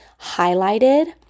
highlighted